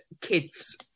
kids